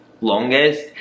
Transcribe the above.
longest